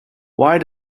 why